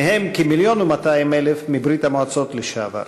ומהם כ-1.2 מיליון מברית-המועצות לשעבר.